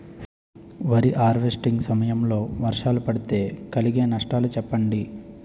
వరి హార్వెస్టింగ్ సమయం లో వర్షాలు పడితే కలిగే నష్టాలు చెప్పండి?